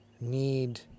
need